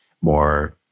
more